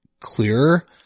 clearer